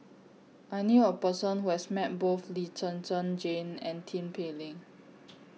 I knew A Person Who has Met Both Lee Zhen Zhen Jane and Tin Pei Ling